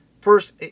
first